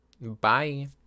Bye